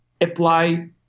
apply